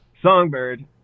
Songbird